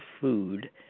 food